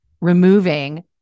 removing